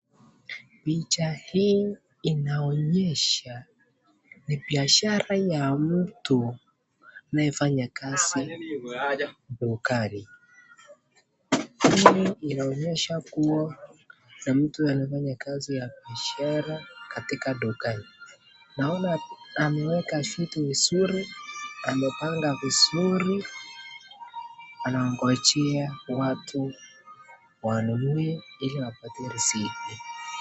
Picha hii inaonyesha ni biashara ya mtu anayefanya kazi dukani. Hii inaonyesha kuwa ni mtu anafanya kazi ya biashara katika dukani. Naona ameweka vitu vizuri, amepanga vizuri anangoja watu wanunue ili apate riziki.